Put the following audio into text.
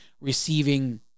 receiving